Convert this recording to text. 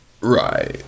Right